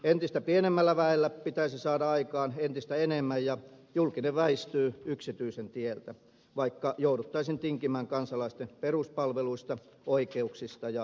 entistä pienemmällä väellä pitäisi saada aikaan entistä enemmän ja julkinen väistyy yksityisen tieltä vaikka jouduttaisiin tinkimään kansalaisten peruspalveluista oikeuksista ja tasa arvosta